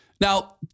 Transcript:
Now